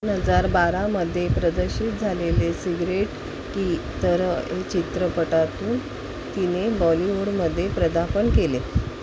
न हजार बारामध्ये प्रदर्शित झालेले सिगरेट की तरह हे चित्रपटातून तिने बॉलिवूडमध्ये पदार्पण केले